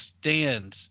stands